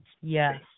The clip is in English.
yes